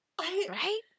Right